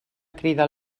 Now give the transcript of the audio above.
crida